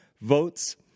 votes